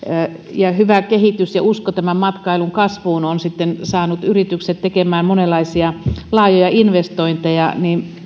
ja hyvä kehitys ja usko matkailun kasvuun ovat saaneet yritykset tekemään monenlaisia laajoja investointeja